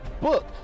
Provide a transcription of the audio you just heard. book